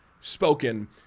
spoken